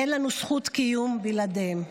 אין לנו זכות קיום בלעדיהם.